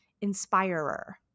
inspirer